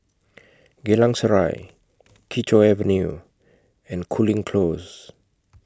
Geylang Serai Kee Choe Avenue and Cooling Close